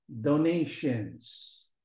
donations